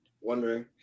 Wondering